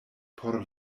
por